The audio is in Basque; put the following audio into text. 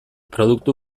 produktu